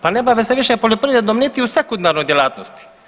Pa ne bave se više poljoprivredom niti u sekundarnoj djelatnosti.